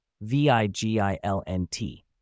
V-I-G-I-L-N-T